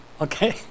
Okay